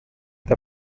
der